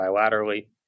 bilaterally